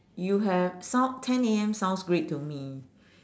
you have sound ten A_M sounds great to me